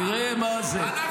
תראה מה זה,